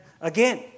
again